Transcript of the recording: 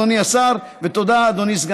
אדוני השר,